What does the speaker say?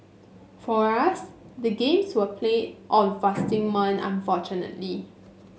for us the games were played on fasting month unfortunately